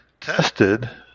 tested